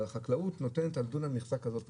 אבל החקלאות נותנת על דונם מכסה כזאת.